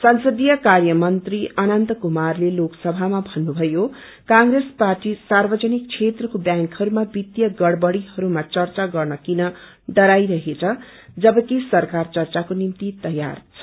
संसदीय कार्यमन्त्री अनन्त कुमारते लोकसभामा भन्नुभयो कंठ्रेस पार्टी सार्वजनिक क्षेत्रको व्यांकहरूमा वित्तीय गड़बड़ीहरूमा चर्चा गर्न किन डराई रहेछ जबकि सरकार चर्चाको निम्ति तयार छ